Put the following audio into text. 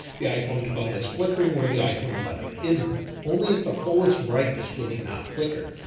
the iphone twelve is flickering where the iphone eleven isn't only at the fullest brightness will it not flicker.